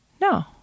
no